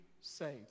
saved